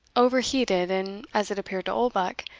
overheated, and, as it appeared to oldbuck,